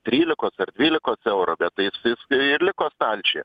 trylikos ar dvylikos euro bet tai jis jis ir liko stalčiuje